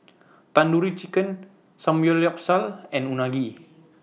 Tandoori Chicken Samgyeopsal and Unagi